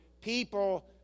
people